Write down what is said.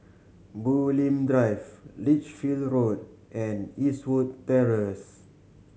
Bulim Drive Lich Road and Eastwood Terrace